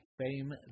fame